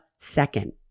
second